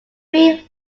three